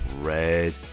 red